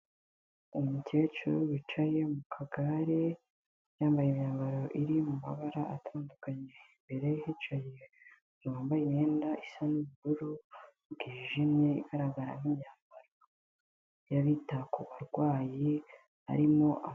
Umukecuru wicaye mu kagare yambaye imyambaro iri mu mabara atandukanye imbere hicaye umuntu wambaye imyenda isa n'ubururu bwijimye igaragaramo imyambaro y'abita ku barwayi harimo.